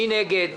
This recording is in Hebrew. מי נגד?